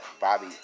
Bobby